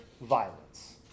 violence